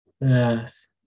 Yes